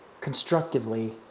constructively